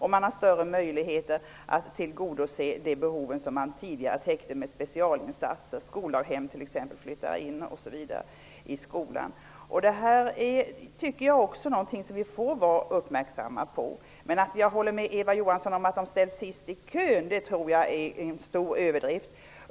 Man har större möjligheter att tillgodose de behov man tidigare täckte med specialinsatser, t.ex. genom att skoldaghem flyttar in i skolan. Detta är något som jag tycker att vi måste vara uppmärksamma på. Men att de skulle ställas sist i kön tror jag är en stor överdrift.